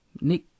Nick